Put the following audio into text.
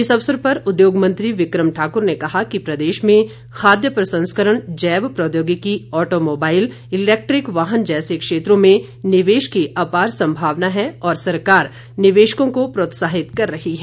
इस अवसर पर उद्योग मंत्री विक्रम ठाकुर ने कहा कि प्रदेश में खाद्य प्रसंस्करण जैव प्रौद्योगिकी ऑटो मोबाइल इलैक्ट्रिक वाहन जैसे क्षेत्रों में निवेश की अपार संभावना है और सरकार निवेशकों को प्रोत्साहित कर रही है